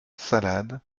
salade